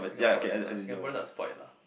Singaporeans lah Singaporeans are spoilt lah